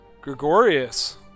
Gregorius